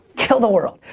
kill the world.